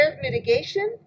mitigation